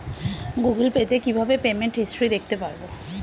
Google Pay তে কিভাবে payment history দেখতে পারবো?